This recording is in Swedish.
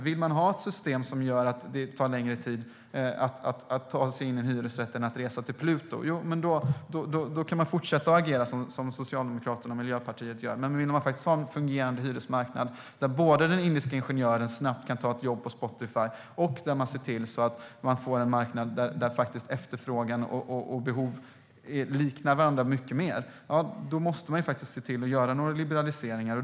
Vill man ha ett system som gör att det tar längre tid att ta sig in i en hyresrätt än att resa till Pluto kan man fortsätta att agera som Socialdemokraterna och Miljöpartiet gör. Men vill man ha en fungerande hyresmarknad där den indiska ingenjören snabbt kan ta ett jobb på Spotify och där efterfrågan och behov liknar varandra mycket mer, då måste man se till att göra några liberaliseringar.